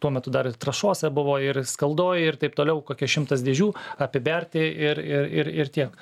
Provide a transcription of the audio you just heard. tuo metu dar ir trąšose buvo ir skaldoj ir taip toliau kokia šimtas dėžių apiberti ir ir ir ir tiek